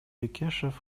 бекешев